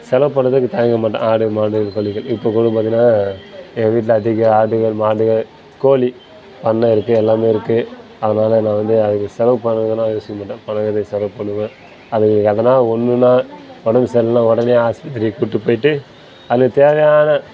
செலவு பண்றதுக்கு தயங்க மாட்டேன் ஆடு மாடு கோழிகள் இப்போ கூட பார்த்தீங்கன்னா என் வீட்டில் அதிக ஆடுகள் மாடுகள் கோழி பண்ணை இருக்குது எல்லாமே இருக்கு அதனால் நான் வந்து அதுக்கு செலவு பண்ணலாம் யோசிக்கமாட்டேன் பணம் நிறைய செலவு பண்ணுவேன் அதுங்களுக்கு எதனால் ஒன்றுனா உடம்பு சரியில்லை உடனே ஹாஸ்பத்திரிக்கு கூப்பிட்டு போய்ட்டு அதுக்கு தேவையான